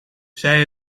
zij